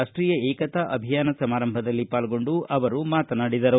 ರಾಷ್ಟೀಯ ಏಕತಾ ಅಭಿಯಾನ ಸಮಾರಂಭದಲ್ಲಿ ಪಾಲ್ಗೊಂಡು ಅವರು ಮಾತನಾಡಿದರು